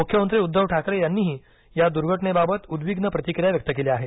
मुख्यमंत्री उद्धव ठाकरे यांनीही या दुर्घटनेबाबत उद्विग्न प्रतिक्रिया व्यक्त केली आहे